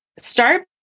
start